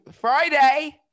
Friday